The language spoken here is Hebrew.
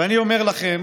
ואני אומר לכם